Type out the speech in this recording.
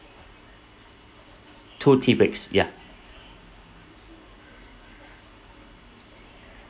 two tea breaks ya